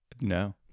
No